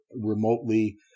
remotely